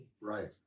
right